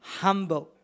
humble